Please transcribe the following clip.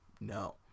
no